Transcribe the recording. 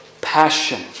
passion